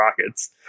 rockets